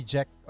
Jack